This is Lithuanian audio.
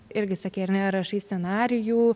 irgi sakei ar ne rašai scenarijų